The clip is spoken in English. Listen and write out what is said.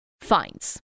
fines